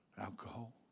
alcohol